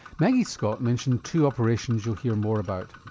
maggie scott mentioned two operations you'll hear more about.